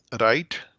right